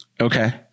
okay